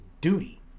duty